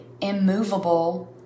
immovable